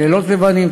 לילות לבנים,